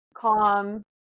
calm